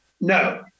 no